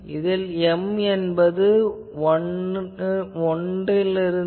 இதில் m என்பது 12